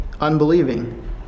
unbelieving